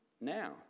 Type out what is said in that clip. now